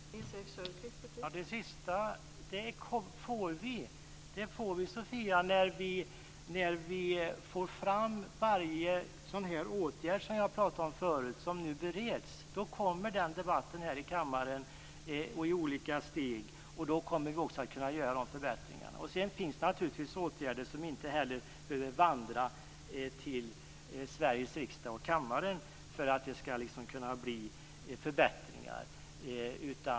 Fru talman! När det gäller det sista vill jag säga att det får vi. Det får vi, Sofia, när vi får fram varje åtgärd som jag pratade om förut, som nu bereds. Då kommer den debatten här i kammaren och i olika steg, och då kommer vi också att kunna göra de förbättringarna. Sedan finns det naturligtvis åtgärder som inte heller behöver vandra till Sveriges riksdag och till kammaren för att det skall kunna bli förbättringar.